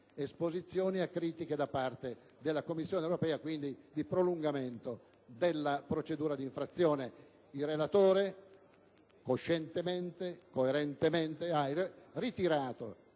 esposizioni a critiche da parte della Commissione europea e, quindi, di un prolungamento della procedura di infrazione. Il relatore, coscientemente e coerentemente, ha ritirato